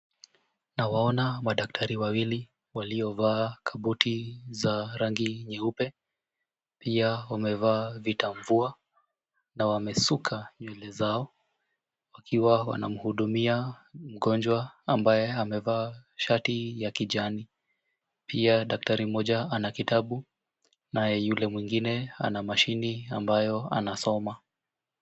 Tunawaona madaktari wawili waliovaa kabuti za rangi nyeupe. Pia wamevaa vitamvua na wamesuka nywele zao wakiwa wanamhudumia mgonjwa ambaye amevaa shati ya kijani. Pia daktari mmoja ana kitabu naye yule mwingine ana mashini ambayo anasoma.